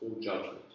judgment